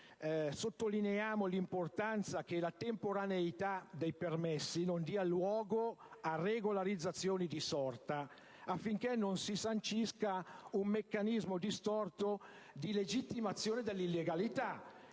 sottolineare l'importanza che la temporaneità dei permessi non dia luogo a regolarizzazioni di sorta, affinché non si sancisca un meccanismo distorto di legittimazione dell'illegalità